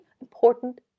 important